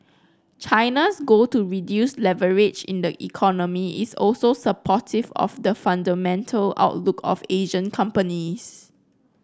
China's goal to reduce leverage in the economy is also supportive of the fundamental outlook of Asian companies